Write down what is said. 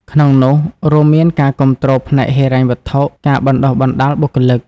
ក្នុងនោះ រួមមានការគាំទ្រផ្នែកហិរញ្ញវត្ថុ ការបណ្តុះបណ្តាលបុគ្គលិក។